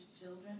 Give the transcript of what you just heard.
children